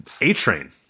A-Train